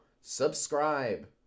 Subscribe